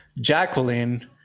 Jacqueline